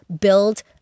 build